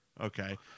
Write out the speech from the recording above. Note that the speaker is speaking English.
okay